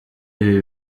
ibi